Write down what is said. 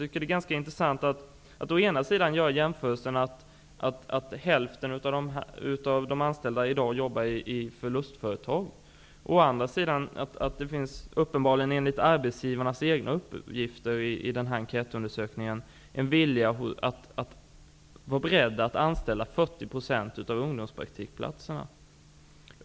Det var ganska intressant att höra att hälften av de anställda i dag arbetar i förlustföretag. Å andra sidan finns det uppenbarligen, enligt arbetsgivarnas egna uppgifter efter en enkätundersökning, en vilja att anställda 40 % av ungdomarna i ungdomspraktikplatserna.